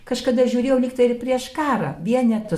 kažkada žiūrėjau lyg tai ir prieš karą vienetų